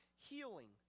healing